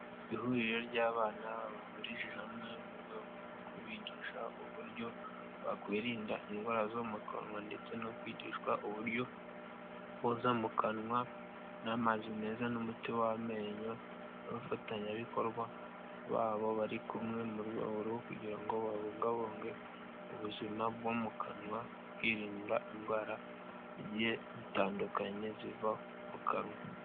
ihuriro ry'abana bahurije hamwe, mu rwego rwo kubigisha uburyo bakwirinda indwara zo mu kanwa, ndetse no kwigishwa uburyo boza mu kanwa n'amazi meza n'umuti w'amenyo, n'abafatanyabikorwa babo, bari kumwe mu rwego rwo kugira ngo babungabunge ubuzima bwo mu kanwa, hirinda indwara zigiye zitandukanye ziva mu kanwa.